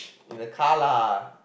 in the car lah